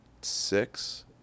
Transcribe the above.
six